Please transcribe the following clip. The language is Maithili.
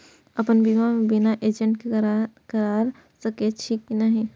अपन बीमा बिना एजेंट के करार सकेछी कि नहिं?